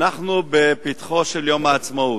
אנחנו בפתחו של יום העצמאות.